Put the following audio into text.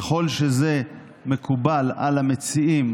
ככל שזה מקובל על המציעים,